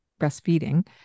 breastfeeding